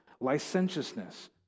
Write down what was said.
licentiousness